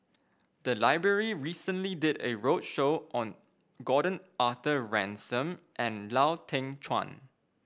the library recently did a roadshow on Gordon Arthur Ransome and Lau Teng Chuan